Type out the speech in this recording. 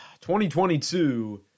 2022